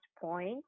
point